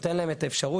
נותן להם את האפשרות.